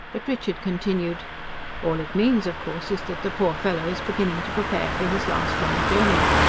but richard continued all it means, of course, is that the poor fellow is beginning to prepare for his last long journey.